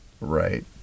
right